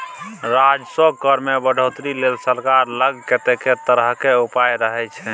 राजस्व कर मे बढ़ौतरी लेल सरकार लग कतेको तरहक उपाय रहय छै